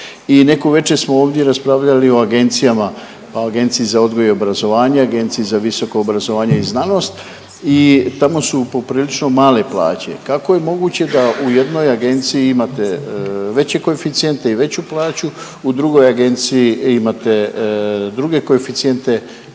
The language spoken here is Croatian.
neku večer smo ovdje raspravljali o agencijama, pa Agenciji za odgoj i obrazovanje, Agenciji za visoko obrazovanje i znanost i tamo su poprilično male plaće. Kako je moguće da u jednoj agenciji imate veće koeficijente i veću plaću, u drugoj agenciji imate druge koeficijente i manju